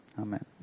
Amen